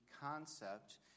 concept